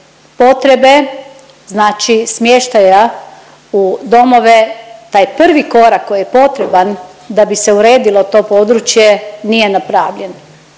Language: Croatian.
potrebe znači smještaja u domove, taj prvi korak koji je potreban da bi se uredilo to područje nije napravljen.